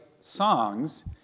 songs